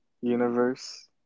universe